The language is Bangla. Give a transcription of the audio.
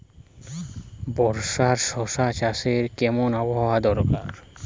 বর্ষার শশা চাষে কেমন আবহাওয়া দরকার?